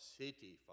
city